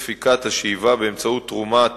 להגדיל את ספיקת השאיבה באמצעות תרומת